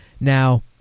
Now